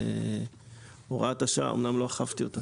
הוראת השעה נכנסה לתוקף